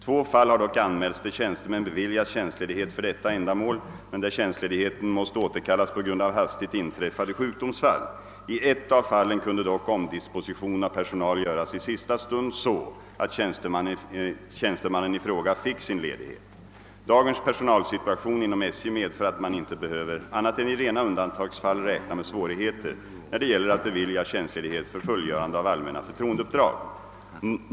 Två fall har dock anmälts, där tjänstemän beviljats tjänstledighet för detta ändamål men där tjänstledigheten måst återkallas på grund av hastigt inträffade sjukdomsfall. I ett av fallen kunde dock omdisposition av personal göras i sista stund så, att tjänstemannen i fråga fick sin ledighet. Dagens personalsituation inom SJ medför att man inte behöver annat än i rena undantagsfall räkna med svårigheter, när det gäller att bevilja tjänstledighet för fullgörande av allmänna förtroendeuppdrag.